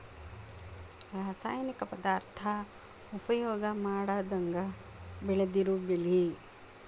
ರಾಸಾಯನಿಕ ಪದಾರ್ಥಾ ಉಪಯೋಗಾ ಮಾಡದಂಗ ಬೆಳದಿರು ಬೆಳಿ